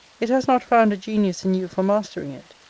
it has not found a genius in you for mastering it.